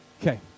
Okay